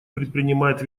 предпринимает